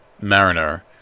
Mariner